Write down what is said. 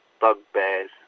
bugbears